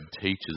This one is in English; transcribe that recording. teaches